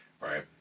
Right